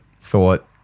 thought